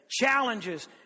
challenges